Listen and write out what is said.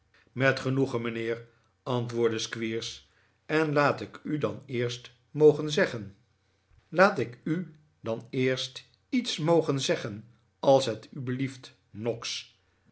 met genoegen mijnheer antwoordde squeers en laat ik u dan eerst mogen zeggen nikolaas nickleby laat ik u dan eerst iets mogen zeggen als het u belief